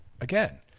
Again